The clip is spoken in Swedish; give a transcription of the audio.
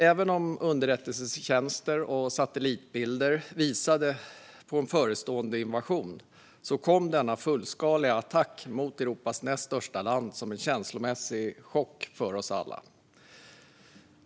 Även om underrättelsetjänster och satellitbilder visade på en förestående invasion kom denna fullskaliga attack mot Europas näst största land som en känslomässig chock för oss alla.